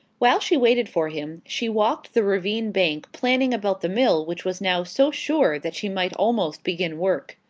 while she waited for him, she walked the ravine bank planning about the mill which was now so sure that she might almost begin work.